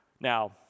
Now